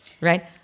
right